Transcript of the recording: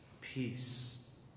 peace